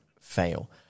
fail